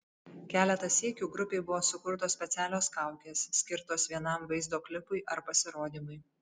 keletą sykių grupei buvo sukurtos specialios kaukės skirtos vienam vaizdo klipui ar pasirodymui